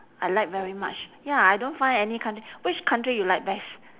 I like very much ya I don't find any coun~ which country you like best